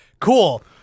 Cool